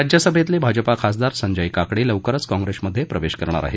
राज्यसभेतले भाजपा खासदार संजय काकडे लवकरच काँग्रेसमध्ये प्रवेश करणार आहेत